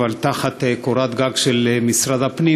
אבל תחת קורת גג של משרד הפנים,